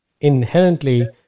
inherently